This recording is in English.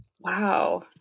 Wow